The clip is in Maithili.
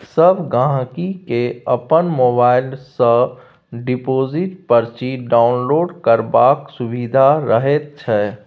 सब गहिंकी केँ अपन मोबाइल सँ डिपोजिट परची डाउनलोड करबाक सुभिता रहैत छै